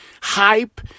hype